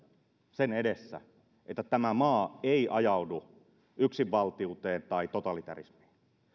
sen edessä että tämä maa ei ajaudu yksinvaltiuteen tai totalitarismiin